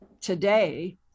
today